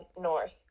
North